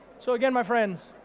so again, my friends,